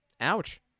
Ouch